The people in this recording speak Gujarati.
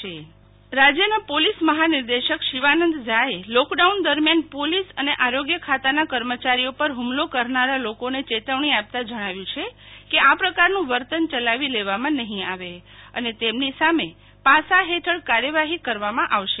શીતલ વૈશ્નવ શિવાનંદ ઝા રાજ્યના પોલીસ મહાનિર્દેશક શિવાનંદ જાએ લોકડાઉન દરમિયાન પોલીસ અને આરોગ્ય ખાતાના કર્મચારીઓ પર હુમલો કરનારા લોકોને ચેતવણી આપતા જણાવ્યું કે આ પ્રકારનું વર્તન ચલાવી લેવામાં નહીં આવે અને તેમની સામે પાસા હેઠળ કાર્યવાહી કરવામાં આવશે